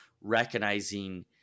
recognizing